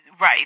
right